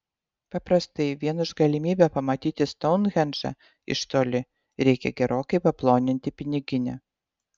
paprastai vien už galimybę pamatyti stounhendžą iš toli reikia gerokai paploninti piniginę